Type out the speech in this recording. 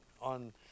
on